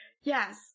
Yes